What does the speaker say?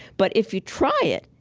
but if you try it,